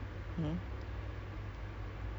it's like a ten minute duration